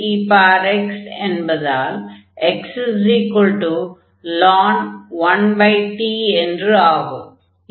1tex என்பதால் xln 1t என்று ஆகும்